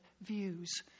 views